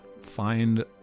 find